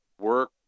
work